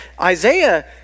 Isaiah